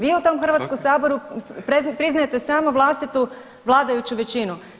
Vi u tom Hrvatskom saboru priznajete samo vlastitu vladajuću većinu.